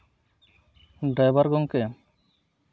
driver ᱜᱚᱢᱠᱮ